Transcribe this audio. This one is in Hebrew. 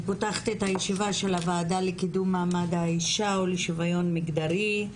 אני מתכבדת לפתוח את הוועדה לקידום מעמד האישה ולשוויון מגדרי.